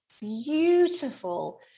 beautiful